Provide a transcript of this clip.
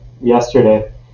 yesterday